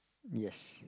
yes